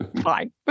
Fine